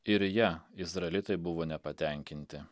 ir ja izraelitai buvo nepatenkinti